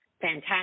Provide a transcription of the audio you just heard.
fantastic